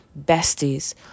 besties